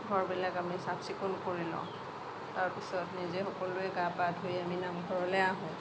ঘৰবিলাক আমি চাফ চিকুণ কৰি লওঁ তাৰ পিছত নিজে সকলোৱে গা পা ধুই আমি নামঘৰলৈ আহোঁ